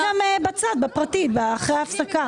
גם באופן לא מדויק עם כל הסייגים האלה.